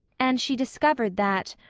and she discovered that,